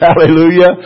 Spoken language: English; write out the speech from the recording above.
Hallelujah